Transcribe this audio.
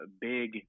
big